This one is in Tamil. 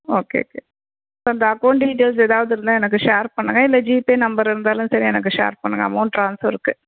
ஓகேகே இந்த அக்கௌன்ட் டீடெய்ல்ஸ் ஏதாவது இருந்தால் எனக்கு ஷேர் பண்ணுங்கள் இல்லை ஜிபே நம்பர் இருந்தாலும் சரி எனக்கு ஷேர் பண்ணுங்கள் அமௌன்ட் ட்ரான்ஸ்ஃபருக்கு